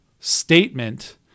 statement